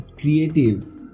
creative